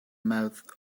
mouths